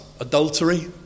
Adultery